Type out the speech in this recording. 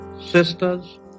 sisters